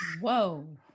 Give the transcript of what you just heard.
Whoa